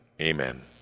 Amen